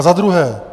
Zadruhé.